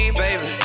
baby